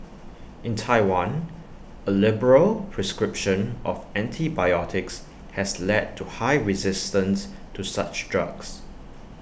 in Taiwan A liberal prescription of antibiotics has led to high resistance to such drugs